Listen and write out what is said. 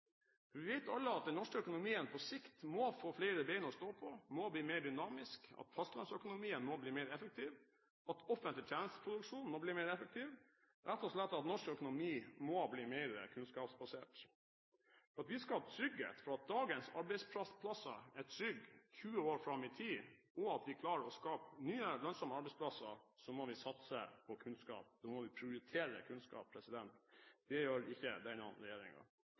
Vi vet alle at den norske økonomien på sikt må få flere ben å stå på, må bli mer dynamisk, at fastlandsøkonomien må bli mer effektiv, at offentlig tjenesteproduksjon må bli mer effektiv – norsk økonomi må rett og slett bli mer kunnskapsbasert. For at vi skal ha trygghet for at dagens arbeidsplasser er trygge 20 år fram i tid, og at vi klarer å skape nye lønnsomme arbeidsplasser, må vi satse på kunnskap, vi må prioritere kunnskap. Det gjør ikke denne